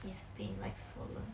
it's pain like swollen